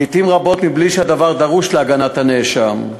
לעתים קרובות בלי שהדבר דרוש להגנת הנאשם.